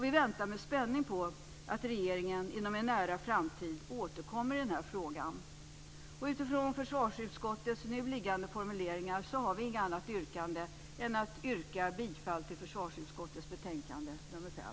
Vi väntar med spänning på att regeringen inom en nära framtid återkommer i denna fråga. Utifrån försvarsutskottets nu liggande formuleringar har vi inget annat yrkande än bifall till hemställan i försvarsutskottets betänkande nr 5.